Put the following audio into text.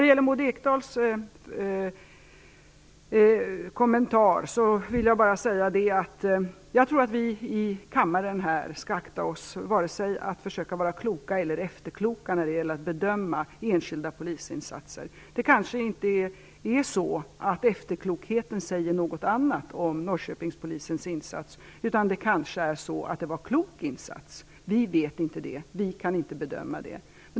Till Maud Ekendahl vill jag bara säga att jag tror att vi i kammaren skall akta oss för att vara vare sig kloka och eller efterkloka när det gäller att bedöma enskilda polisinsatser. Efterklokheten kanske inte säger något annat om Norrköpingspolisens insats; det kanske var en klok insats. Vi vet inte det, vi kan inte bedöma det.